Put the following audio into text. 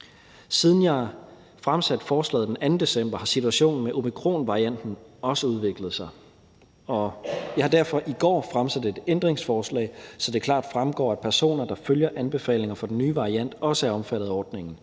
Siden jeg fremsatte forslaget den 2. december, har situationen med omikronvarianten også udviklet sig, og jeg har derfor i går stillet et ændringsforslag, så det klart fremgår, at personer, der følger anbefalinger for den nye variant, også er omfattet af ordningen.